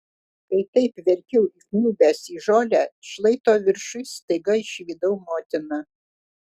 kai taip verkiau įkniubęs į žolę šlaito viršuj staiga išvydau motiną